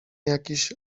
jakiś